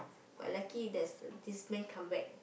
but lucky there's this man come back